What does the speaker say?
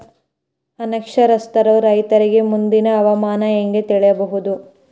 ಅನಕ್ಷರಸ್ಥ ರೈತರಿಗೆ ಮುಂದಿನ ಹವಾಮಾನ ಹೆಂಗೆ ತಿಳಿಯಬಹುದು?